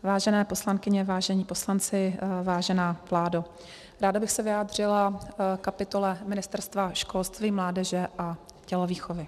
Vážené poslankyně, vážení poslanci, vážená vládo, ráda bych se vyjádřila ke kapitole Ministerstva školství, mládeže a tělovýchovy.